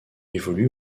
évolue